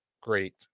great